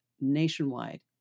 nationwide